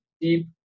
deep